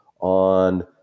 on